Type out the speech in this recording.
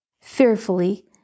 Fearfully